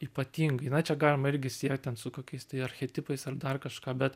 ypatingai na čia galima irgi siet ten su kokiais tai archetipais ar dar kažką bet